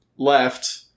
left